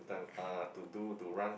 uh to do to run his